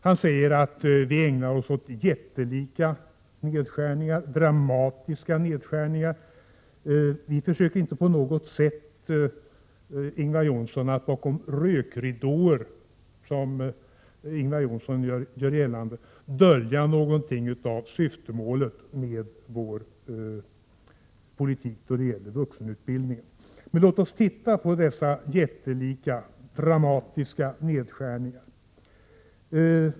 Han säger att vi ägnar oss åt ”jättelika nedskärningar” och ”dramatiska nedskärningar”. Vi försöker inte att bakom rökridåer — som Ingvar Johnsson gör gällande — dölja syftemålet med vår politik då det gäller vuxenutbildningen. Låt oss titta på dessa jättelika, dramatiska nedskärningar.